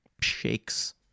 Shakes